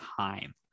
time